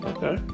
Okay